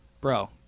Bro